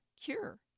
cure